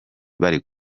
bari